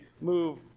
move